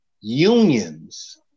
unions